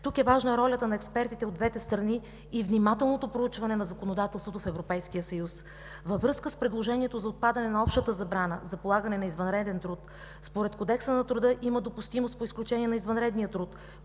Тук е важна ролята на експертите от двете страни и внимателното проучване на законодателството в Европейския съюз. Във връзка с предложението за отпадане на общата забрана за полагане на извънреден труд, според Кодекса на труда има допустимост по изключение на извънредния труд,